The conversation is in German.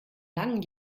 langen